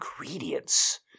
ingredients